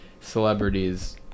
celebrities